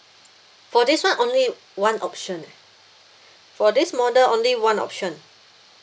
for this [one] only one option for this model only one option